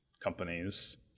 companies